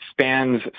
spans